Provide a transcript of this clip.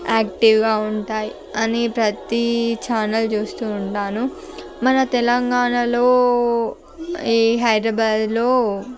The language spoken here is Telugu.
యాక్టివ్గా ఉంటాయి అని ప్రతి ఛానల్ చూస్తు ఉంటాను మన తెలంగాణలో ఈ హైదరాబాద్లో